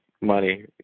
money